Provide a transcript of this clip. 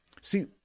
see